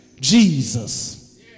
Jesus